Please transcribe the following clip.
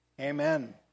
Amen